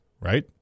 right